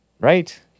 Right